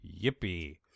Yippee